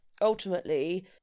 ultimately